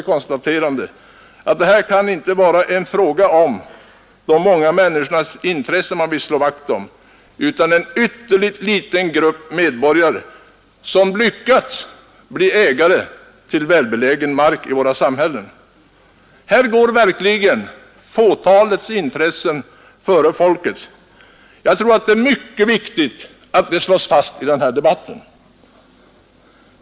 Det kan inte vara de många människornas intressen man vill slå vakt om utan en ytterst liten grupp medborgare som lyckats bli ägare till välbelägen mark i våra samhällen. Här går verkligen fåtalets intressen före folkets. Jag tror det är mycket viktigt att detta slås fast i den här debatten.